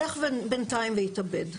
בינתיים הוא ילך ויתאבד.